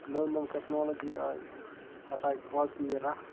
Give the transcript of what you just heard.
نٔو نٔو ٹیٚکنالجی آیہِ پتہٕ آیہِ کاپی رَف